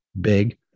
big